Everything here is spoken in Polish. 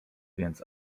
więc